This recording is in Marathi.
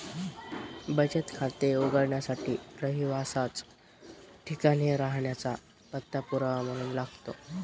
बचत खाते उघडण्यासाठी रहिवासाच ठिकाण हे राहण्याचा पत्ता पुरावा म्हणून लागतो